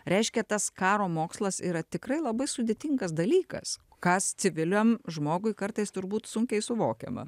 reiškia tas karo mokslas yra tikrai labai sudėtingas dalykas kas civiliam žmogui kartais turbūt sunkiai suvokiama